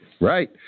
Right